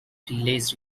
delays